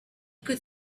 could